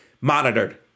monitored